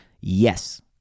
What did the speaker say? Yes